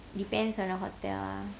depends on the hotel ah